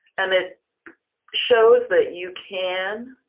and it shows that you can